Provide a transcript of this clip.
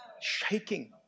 shaking